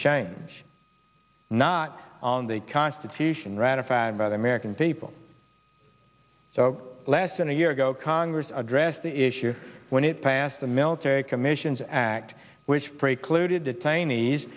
change not on the constitution ratified by the american people less than a year ago congress addressed the issue when it passed the military commissions act which precluded detainees